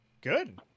Good